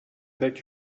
beg